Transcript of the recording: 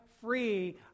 free